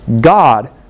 God